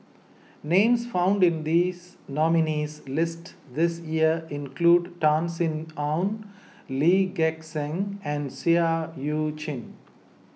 names found in this nominees' list this year include Tan Sin Aun Lee Gek Seng and Seah Eu Chin